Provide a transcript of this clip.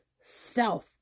self